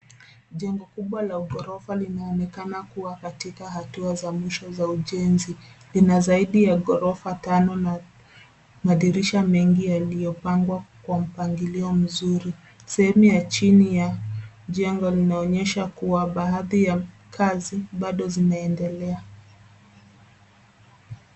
Jengo kubwa la ughorofa linaonekana kuwa katika hatua za mwisho za ujenzi. Ina zaidi ya ghorofa tano na madirisha mengi yaliyopangwa kwa mpangilio mzuri. Sehemu ya chini ya jengo linaonyesha kuwa baadhi ya kazi bado zimeendelea.